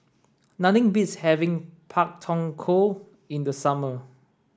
beats having Pak Thong Ko in the summer